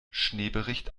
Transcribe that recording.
schneebericht